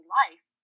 life